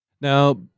Now